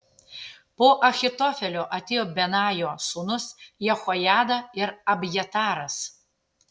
po ahitofelio atėjo benajo sūnus jehojada ir abjataras